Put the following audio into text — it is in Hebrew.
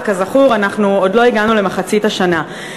וכזכור עוד לא הגענו למחצית השנה.